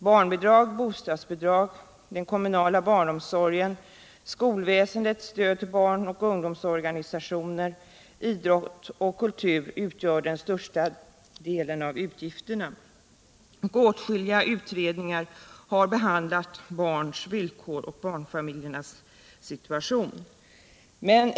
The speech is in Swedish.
Barnbidrag, bostadsbidrag, den kommunala barnomsorgen, skolväsendet, stödet till barnoch ungdomsorganisationer, till idrott och kultur utgör den största delen av utgifterna. Åtskilliga utredningar har behandlat barns villkor och barnfamiljernas situation.